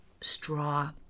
straw